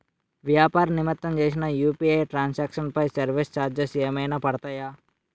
వ్యాపార నిమిత్తం చేసిన యు.పి.ఐ ట్రాన్ సాంక్షన్ పై సర్వీస్ చార్జెస్ ఏమైనా పడతాయా?